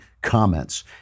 comments